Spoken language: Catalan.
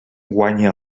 guanya